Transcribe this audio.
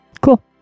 Cool